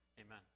Amen